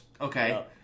okay